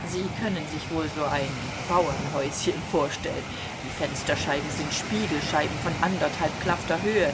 sie können sich wohl so ein bauernhäuschen vorstellen die fensterchen sind spiegelscheiben von anderthalb klafter höhe